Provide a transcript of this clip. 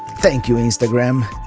thank you instagram.